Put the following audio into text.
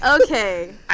Okay